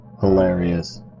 hilarious